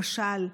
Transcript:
למשל,